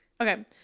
Okay